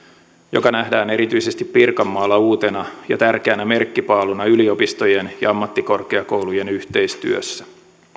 joka nähdään erityisesti pirkanmaalla uutena ja tärkeänä merkkipaaluna yliopistojen ja ammattikorkeakoulujen yhteistyössä